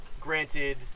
Granted